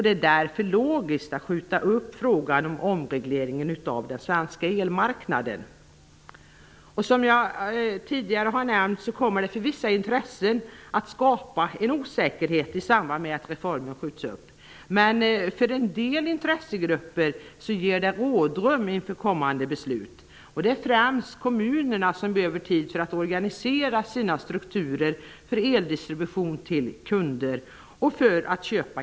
Det är därför logiskt att skjuta upp frågan om omregleringen av den svenska elmarknaden. Som jag tidigare har nämnt kommer det för vissa intressen att skapas en osäkerhet i samband med att reformen skjuts upp. Men för en del intressegrupper ger det rådrum inför kommande beslut. Det är främst kommunerna som behöver tid för att organisera sina strukturer för eldistribution till kunderna och för köp av kraft.